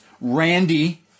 Randy